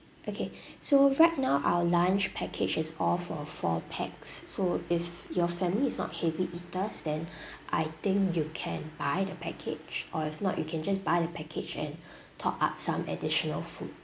okay so right now our lunch package is all for four pax so if your family is not heavy eaters then I think you can buy the package or if not you can just buy the package and top up some additional food